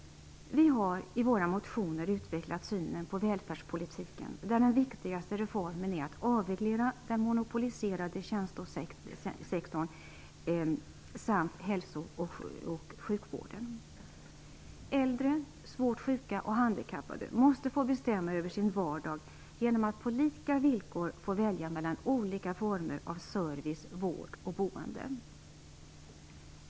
Vi har i våra motioner utvecklat synen på välfärdspolitiken, där den viktigaste reformen är att avreglera den monopoliserade tjänstesektorn samt hälsooch sjukvården. Äldre, svårt sjuka och handikappade måste få bestämma över sin vardag genom att på lika villkor få välja mellan olika former av service, vård och boende.